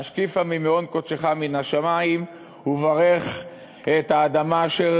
"השקיפה ממעון קדשך מן השמים וברך את האדמה אשר